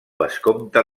vescomte